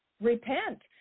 repent